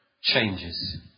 changes